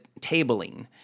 tabling